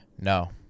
No